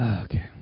Okay